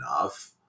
enough